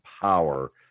power